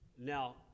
now